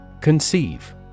Conceive